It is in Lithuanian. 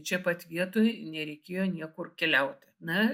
čia pat vietoj nereikėjo niekur keliauti na